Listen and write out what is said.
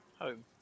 home